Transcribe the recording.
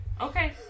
Okay